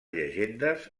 llegendes